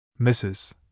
Mrs